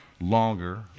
longer